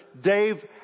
Dave